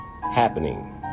happening